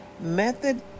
method